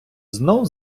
знов